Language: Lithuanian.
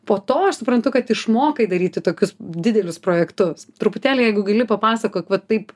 po to aš suprantu kad išmokai daryti tokius didelius projektus truputėlį jeigu gali papasakok va taip